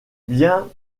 biens